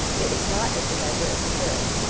it was not as the measure of desert,